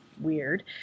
weird